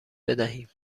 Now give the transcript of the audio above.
بدهیم